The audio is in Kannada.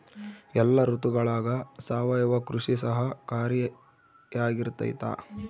ಎಲ್ಲ ಋತುಗಳಗ ಸಾವಯವ ಕೃಷಿ ಸಹಕಾರಿಯಾಗಿರ್ತೈತಾ?